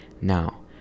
now